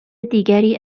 دیگری